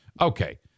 Okay